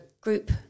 group